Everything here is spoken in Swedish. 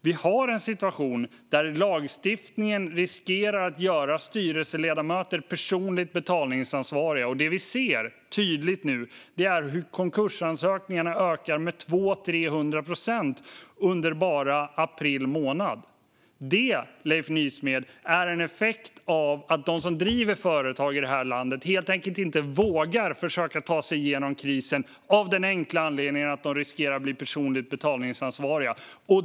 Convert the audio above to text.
Vi har en situation där lagstiftningen riskerar att göra styrelseledamöter personligt betalningsansvariga. Det vi nu tydligt ser är att konkursansökningarna ökar - under april månad med 200-300 procent. Det, Leif Nysmed, är en effekt av att de som driver företag i det här landet helt enkelt inte vågar försöka ta sig igenom krisen av den enkla anledningen att de riskerar att bli personligt betalningsansvariga.